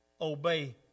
obey